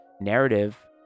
narrative